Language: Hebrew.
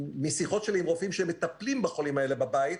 משיחות שלי עם רופאים שמטפלים עם החולים האלה בבית,